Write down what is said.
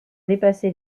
dépasser